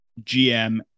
GM